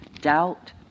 Doubt